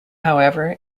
however